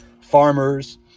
farmers